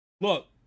look